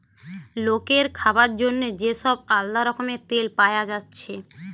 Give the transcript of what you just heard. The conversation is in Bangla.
লোকের খাবার জন্যে যে সব আলদা রকমের তেল পায়া যাচ্ছে